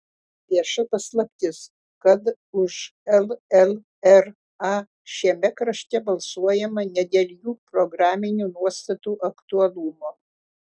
vieša paslaptis kad už llra šiame krašte balsuojama ne dėl jų programinių nuostatų aktualumo